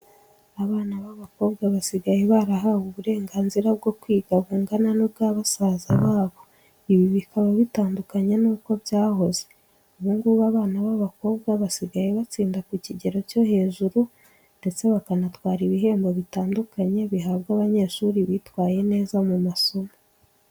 Abana b'abakobwa basigaye barahawe uburenganzira bwo kwiga bungana n'ubwa basaza babo, ibi bikaba bitandukanye nuko byahoze. Ubu ngubu abana b'abakobwa basigaye batsinda ku kigero cyo hejuru, ndetse bakanatwara ibihembo bitandukanye bihabwa abanyeshuri bitwaye neza mu masomo.